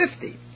fifty